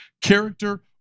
character